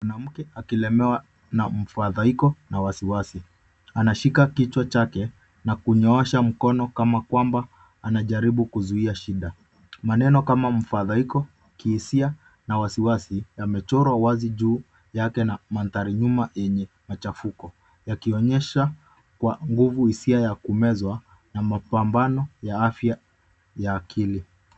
Mwanamke akilemewa na mfadhaiko na wasiwasi. Anashika kichwa chake na kunyoosha mkono kama kwamba anajaribu kuzuia shida. Maneno kama mfadhaiko kihisia na wasiwasi yamechorwa wazi juu yake na mandhari nyuma yenye machafuko yakionyesha kwa nguvu hisia ya kumezwa na mapambano ya afya ya akili.